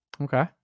Okay